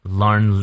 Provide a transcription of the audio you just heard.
learn